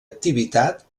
activitat